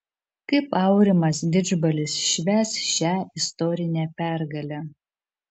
kaip aurimas didžbalis švęs šią istorinę pergalę